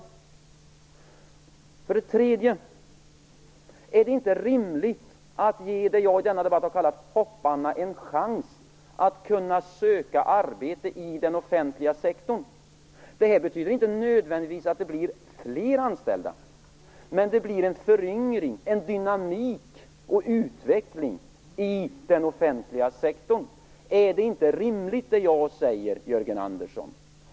En tredje fråga är: Är det inte rimligt att ge dem jag i denna debatt har kallat Hopp-Hanna en chans att kunna söka arbete i den offentliga sektorn? Det här betyder inte nödvändigtvis att det blir fler anställda, men det blir en föryngring, en dynamik och en utveckling i den offentliga sektorn. Är det inte rimligt, det jag säger, Jörgen Andersson?